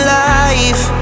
life